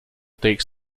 take